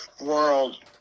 world